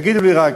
תגידו לי רק: